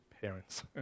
parents